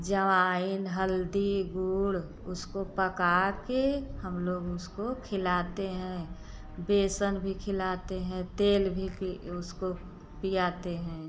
अजवाइन हल्दी गुड़ उसको पका के हम लोग उसको खिलाते हैं बेसन भी खिलाते हैं तेल भी पी उसको पिआते हैं